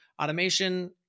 automation